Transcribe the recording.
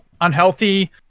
unhealthy